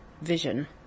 vision